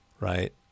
right